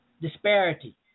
disparity